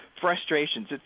frustrations